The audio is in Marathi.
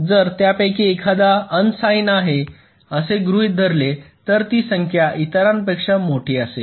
जर त्यापैकी एखादा अनसाईन्ड आहे असे गृहीत धरले तर ती संख्या इतरांपेक्षा मोठी असेल